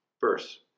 verse